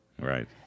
right